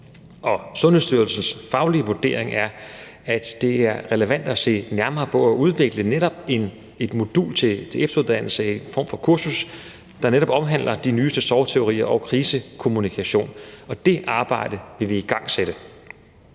og Sundhedsstyrelsens faglige vurdering er, at det er relevant at se nærmere på at udvikle netop et modul til efteruddannelse, en form for kursus, der netop omhandler de nyeste teorier om sorg og krisekommunikation. Og det arbejde vil vi igangsætte.